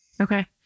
Okay